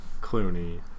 Clooney